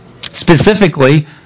Specifically